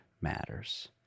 Matters